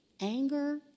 anger